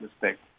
respect